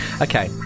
Okay